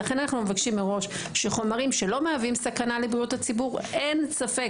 לכן אנו מבקשים מראש שחומרים שלא מהווים סכנה לבריאות הציבור אין ספק,